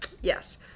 Yes